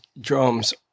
drums